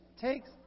takes